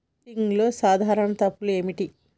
అకౌంటింగ్లో సాధారణ తప్పులు ఏమిటి?